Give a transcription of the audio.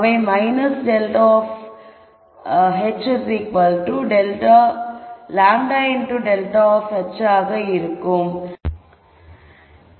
அவை ∇f of h λ ∇ of h ஆக இருக்க வேண்டும்